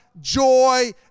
joy